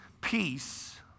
Peace